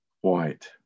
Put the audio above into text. white